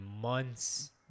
months